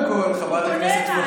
הוא פונה אליי,